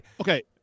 okay